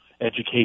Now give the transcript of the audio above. education